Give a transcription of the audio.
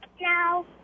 No